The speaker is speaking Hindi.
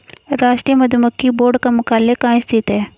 राष्ट्रीय मधुमक्खी बोर्ड का मुख्यालय कहाँ स्थित है?